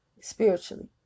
spiritually